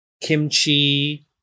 kimchi